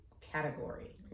category